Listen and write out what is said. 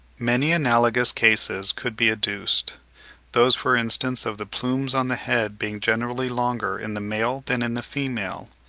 many analogous cases could be adduced those for instance of the plumes on the head being generally longer in the male than in the female,